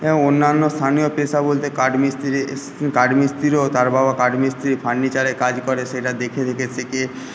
অন্যান্য স্থানীয় পেশা বলতে কাঠমিস্ত্রি কাঠমিস্ত্রিও তার বাবা কাঠমিস্ত্রি ফার্নিচারে কাজ করে সেটা দেখে দেখে শেখে